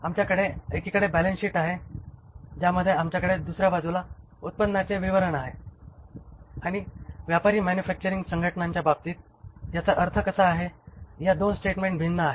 आमच्याकडे एकीकडे बॅलन्सशीट आहे ज्याकडे आमच्याकडे दुसर्या बाजूला उत्पन्नाचे विवरण आहे आणि व्यापारी आणि मॅन्युफॅक्चरिंग संघटनांच्या बाबतीत याचा अर्थ कसा आहे या 2 स्टेटमेन्ट भिन्न आहेत